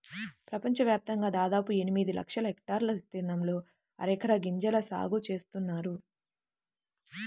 ప్రపంచవ్యాప్తంగా దాదాపు ఎనిమిది లక్షల హెక్టార్ల విస్తీర్ణంలో అరెక గింజల సాగు చేస్తున్నారు